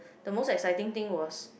the most exciting was